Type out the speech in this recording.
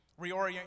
Reorient